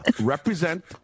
represent